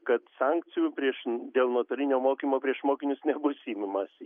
kad sankcijų prieš dėl nuotolinio mokymo prieš mokinius nebus imamasi